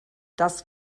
das